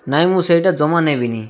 ନାଇଁ ମୁଁ ସେଇଟା ଜମା ନେବିନି